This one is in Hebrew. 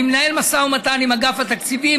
אני מנהל משא ומתן עם אגף התקציבים,